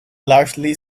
largely